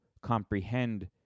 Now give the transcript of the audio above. comprehend